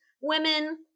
women